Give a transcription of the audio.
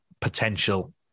potential